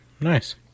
nice